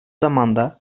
zamanda